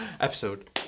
Episode